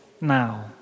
now